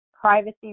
privacy